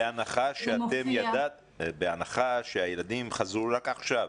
בהנחה שהתלמידים חזרו רק עכשיו,